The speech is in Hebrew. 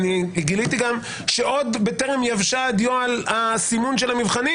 גם גיליתי שבטרם יבשה הדיו על הסימון של המבחנים